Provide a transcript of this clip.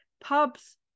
pubs